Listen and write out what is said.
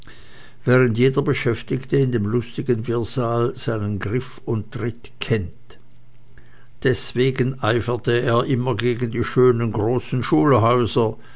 während jeder beschäftigte in dem lustigen wirrsal seinen griff und tritt kennt deswegen eiferte er immer gegen die schönen großen